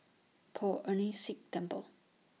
Poh Ern Shih Temple